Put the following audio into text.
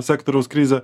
sektoriaus krizę